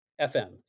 FM